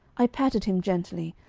i patted him gently,